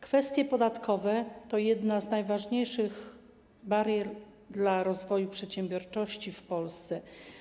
Kwestie podatkowe to jedna z najważniejszych barier dla rozwoju przedsiębiorczości w Polsce.